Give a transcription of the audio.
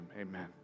amen